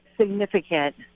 significant